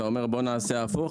אתה אומר בואו נעשה הפוך,